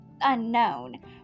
unknown